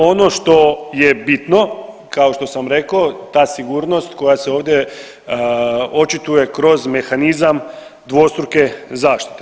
Ono što je bitno kao što sam rekao, ta sigurnost koja se ovdje očituje kroz mehanizam dvostruke zaštite.